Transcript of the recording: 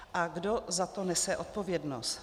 A kdo za to nese odpovědnost?